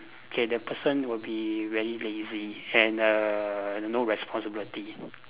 okay the person will be very lazy and uh no responsibility